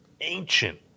ancient